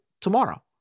tomorrow